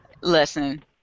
Listen